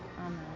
Amen